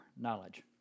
Knowledge